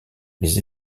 les